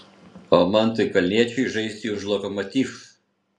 o mantui kalniečiui žaisti už lokomotiv